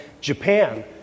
japan